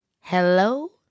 Hello